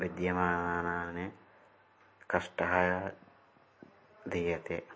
विद्यमानानि कष्टाय दीयन्ते